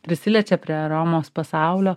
prisiliečia prie aromos pasaulio